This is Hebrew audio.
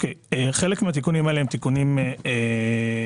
חלק מהתיקונים האלה הם תיקונים טכניים.